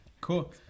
Cool